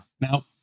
Now